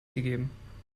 gegeben